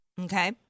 okay